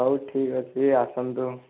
ହଉ ଠିକ୍ ଅଛି ଆସନ୍ତୁ